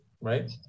right